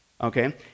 okay